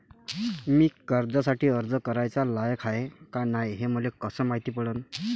मी कर्जासाठी अर्ज कराचा लायक हाय का नाय हे मले कसं मायती पडन?